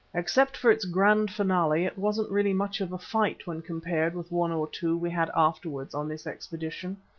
except for its grand finale it wasn't really much of a fight when compared with one or two we had afterwards on this expedition.